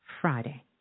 Friday